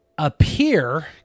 appear